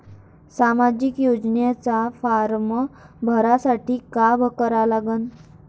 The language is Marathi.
सामाजिक योजनेचा फारम भरासाठी का करा लागन?